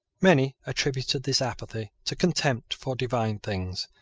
many attributed this apathy to contempt for divine things,